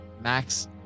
Max